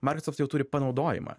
maikrosoft jau turi panaudojimą